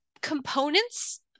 components